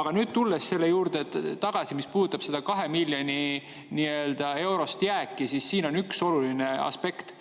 Aga nüüd, tulles selle juurde tagasi, mis puudutab seda 2 miljoni eurost jääki, siis siin on üks oluline aspekt.